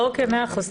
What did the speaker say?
מאה אחוז.